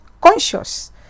conscious